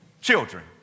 Children